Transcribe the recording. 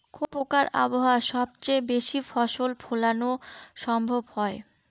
কোন প্রকার আবহাওয়ায় সবচেয়ে বেশি ফসল ফলানো সম্ভব হয়?